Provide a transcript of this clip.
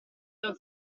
non